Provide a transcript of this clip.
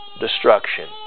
destruction